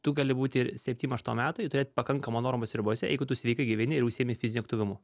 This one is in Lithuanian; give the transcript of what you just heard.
tu gali būti ir septym aštuom metų ir turėt pakankamą normos ribose jeigu tu sveikai gyveni ir užsiimi fiziniu aktyvumu